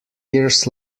years